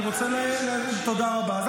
אל תעלה בפניי טענות, אני רוצה, תודה רבה.